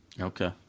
Okay